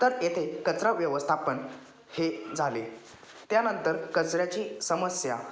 तर येथे कचरा व्यवस्थापन हे झाले त्यानंतर कचऱ्याची समस्या